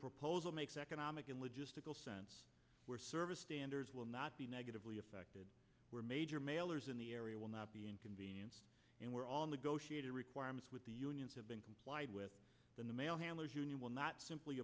proposal makes economic and logistical sense where service standards will not be negatively affected where major mailers in the area will not be inconvenienced and were all negotiated requirements with the unions have been complied with then the mail handlers union will not simply